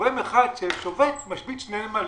שגורם אחד ששובת משבית שני נמלים?